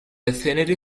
affinity